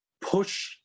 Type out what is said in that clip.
push